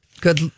good